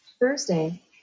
Thursday